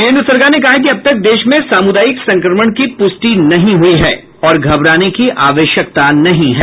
केंद्र सरकार ने कहा है कि अब तक देश में सामुदायिक संक्रमण की पुष्टि नहीं हई है और घबराने की आवश्यकता नहीं है